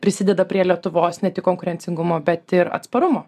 prisideda prie lietuvos ne tik konkurencingumo bet ir atsparumo